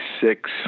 six